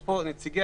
יש פה את נציגי